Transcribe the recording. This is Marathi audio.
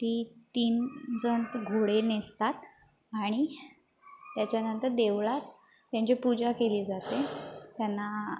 ती तीन जण घोडे नेसतात आणि त्याच्यानंतर देवळात त्यांची पूजा केली जाते त्यांना